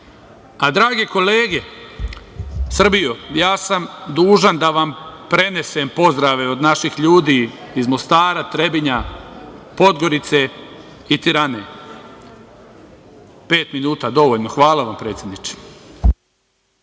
kolege, Srbijo, ja sam dužan da vam prenesem pozdrave od naših ljudi iz Mostara, Trebinja, Podgorice i Tirane. Pet minuta dovoljno. Hvala vam predsedniče.